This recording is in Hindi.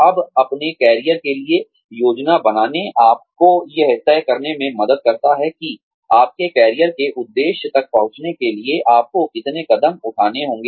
अब अपने करियर के लिए योजना बनाने आपको यह तय करने में मदद करता है कि आपके कैरियर के उद्देश्य तक पहुंचने के लिए आपको कितने कदम उठाने होंगे